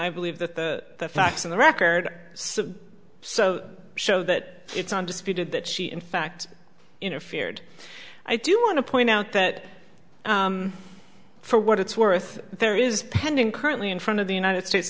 believe the facts in the record so show that it's undisputed that she in fact interfered i do want to point out that for what it's worth there is pending currently in front of the united states